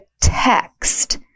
text